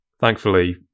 thankfully